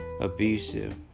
abusive